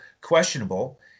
questionable